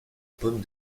pommes